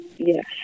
Yes